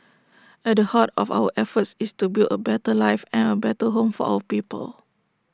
at the heart of our efforts is to build A better life and A better home for our people